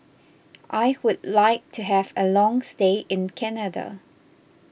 I would like to have a long stay in Canada